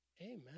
Amen